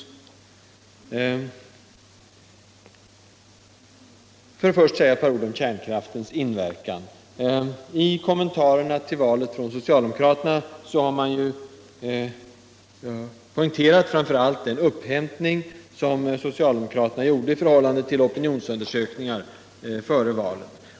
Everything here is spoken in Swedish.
Först ett par ord om kärnkraftens inverkan. I socialdemokraternas kommentarer till valet har man framför allt poängterat den upphämtning som socialdemokraterna gjorde i förhållande till opinionsundersökningarna före valet.